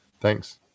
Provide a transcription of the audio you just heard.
thanks